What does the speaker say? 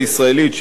שהיא איכותית,